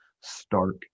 stark